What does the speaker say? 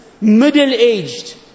middle-aged